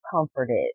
comforted